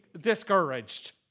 discouraged